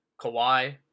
Kawhi